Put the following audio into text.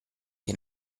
che